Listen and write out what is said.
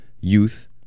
youth